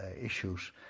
issues